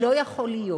לא יכול להיות